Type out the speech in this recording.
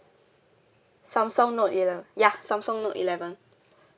samsung note ele~ ya samsung note eleven